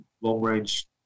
long-range